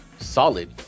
solid